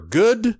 good